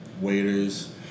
waiters